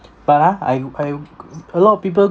but ah I I a lot of people